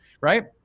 right